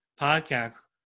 podcast